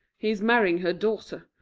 he is marrying her daughter,